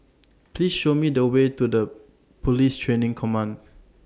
Please Show Me The Way to Police Training Command